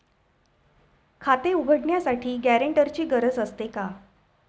खाते उघडण्यासाठी गॅरेंटरची गरज असते का?